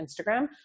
Instagram